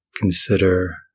Consider